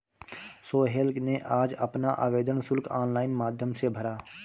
सोहेल ने आज अपना आवेदन शुल्क ऑनलाइन माध्यम से भरा